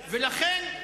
מדגסקר.